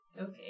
okay